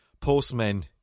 postmen